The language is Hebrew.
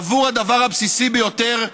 עבור הדבר הבסיסי ביותר,